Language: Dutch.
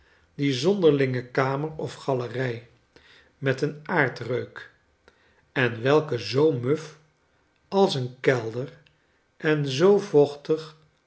die zonderlinge kamer of galerij met een aardreuk en welke zoo muf als een kelder en zoo vochtig